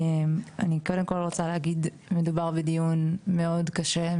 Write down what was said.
אני קודם כל רוצה להגיד שמדובר בדיון מאוד קשה,